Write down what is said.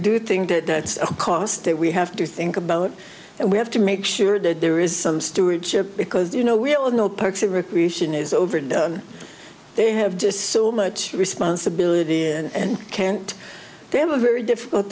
do think that that's a cost that we have to think about and we have to make sure that there is some stewardship because you know we all know parks and recreation is over and they have just so much responsibility and can't they have a very difficult